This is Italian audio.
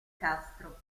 castro